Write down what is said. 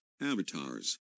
avatars